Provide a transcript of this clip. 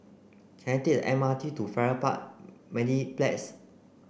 can I take the M R T to Farrer Park Mediplex